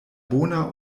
bona